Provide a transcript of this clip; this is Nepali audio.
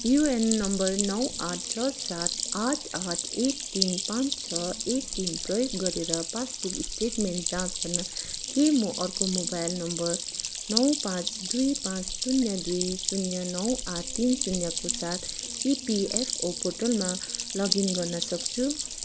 युएन नम्बर नौ आठ छ सात आठ आठ एक तिन पाँच छ एक तिन प्रयोग गरेर पासबुक स्टेटमेन्ट जाँच गर्न के म अर्को मोबाइल नम्बर नौ पाँच दुई पाँच शून्य दुई शून्य नौ आठ तिन शून्यको साथ इपिएफओ पोर्टलमा लगइन गर्न सक्छु